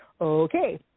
okay